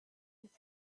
had